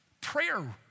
prayer